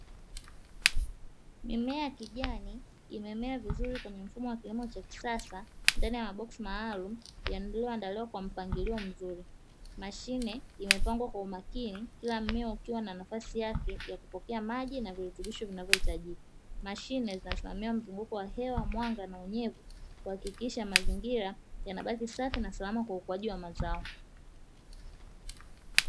Mimea ya kijani imemea vizuri kwenye mfumo wa kilimo cha kisasa ndani ya maboksi maalumu yaliyoandaliwa kwa mpangilio mzuri, mashine imepangwa kwa umakini kila mmea ukiwa na nafasi yake ya kupokea maji na virutubisho vinavyohitajika, mashine zinasimamia mzunguko wa hewa, mwanga na unyevu kuhakikisha mazingira yanabaki safi na salama kwa ukuaji wa mazao.